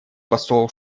посол